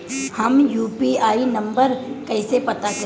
हम UPI number कइसे पता करी?